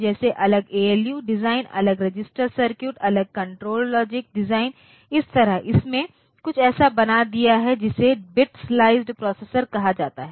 जैसे अलग ALU design अलग रजिस्टर सर्किट अलग कंट्रोल लॉजिक डिज़ाइन इस तरह इसने कुछ ऐसा बना दिया है जिसे बिटस्लाइसईद प्रोसेसर कहा जाता है